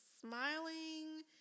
smiling